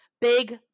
Big